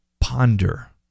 ponder